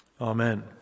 Amen